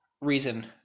reason